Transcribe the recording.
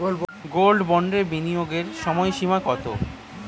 Gold বন্ডে বিনিয়োগের সময়সীমা কতো?